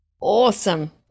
Awesome